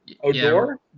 Odor